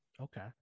okay